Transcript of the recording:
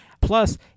plus